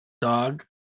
dog